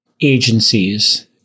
agencies